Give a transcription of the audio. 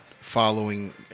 following